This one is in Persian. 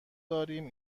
داریم